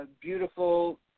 beautiful